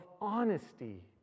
honesty